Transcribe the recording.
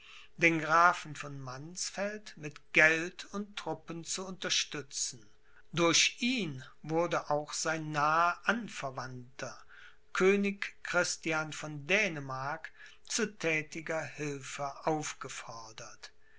den grafen von mannsfeld mit geld und truppen zu unterstützen durch ihn wurde auch sein naher anverwandter könig christian von dänemark zu thätiger hilfe aufgefordert